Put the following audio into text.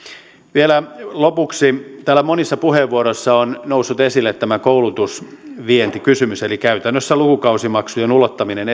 vielä lopuksi täällä monissa puheenvuoroissa on noussut esille tämä koulutusvientikysymys eli käytännössä lukukausimaksujen ulottaminen